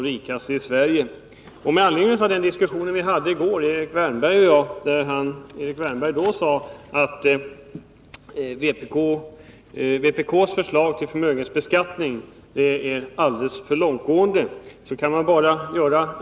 Erik Wärnberg sade i går i en diskussion med mig att vpk:s förslag till Nr 53 förmögenhetsbeskattning är alldeles för långtgående.